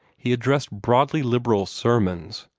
he addressed broadly liberal sermons,